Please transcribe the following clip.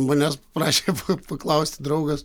manęs prašė pa paklausti draugas